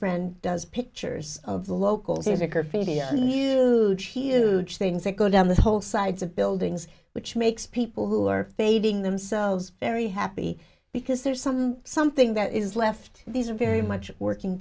friend does pictures of the locals there's a curfew the things that go down the whole sides of buildings which makes people who are fading themselves very happy because there's some something that is left these are very much working